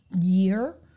year